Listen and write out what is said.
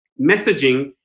Messaging